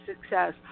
success